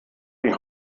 die